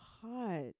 hot